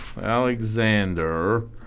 Alexander